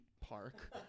Park